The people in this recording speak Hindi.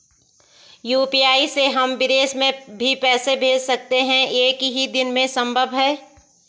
यु.पी.आई से हम विदेश में भी पैसे भेज सकते हैं एक ही दिन में संभव है?